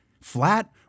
flat